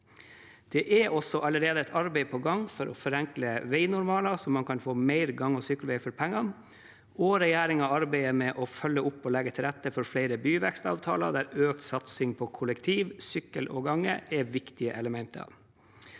Det er allerede et arbeid på gang for å forenkle veinormaler så man kan få mer gang- og sykkelvei for pengene, og regjeringen arbeider med å følge opp og legge til rette for flere byvekstavtaler der økt satsing på kollektivtrafikk, sykkel og gange er viktige elementer.